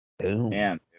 Man